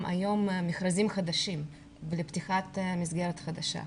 היום מכרזים חדשים לפתיחת מסגרת חדשה.